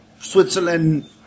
Switzerland